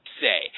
say